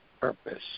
purpose